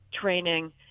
training